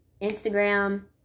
instagram